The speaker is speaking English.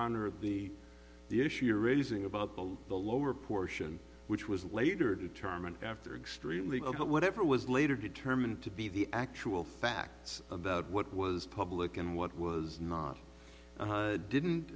of the the issue you're raising about the lower portion which was later determined after extremely whatever was later determined to be the actual facts about what was public and what was not didn't